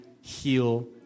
heal